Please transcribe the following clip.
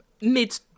Mid